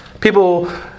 People